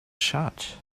shut